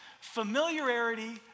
familiarity